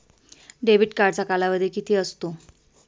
Debit कार्डचा कालावधी किती असतो?